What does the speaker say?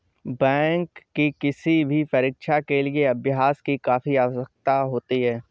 bank की किसी भी परीक्षा के लिए अभ्यास की काफी आवश्यकता होती है